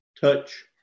touch